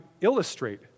illustrate